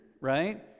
right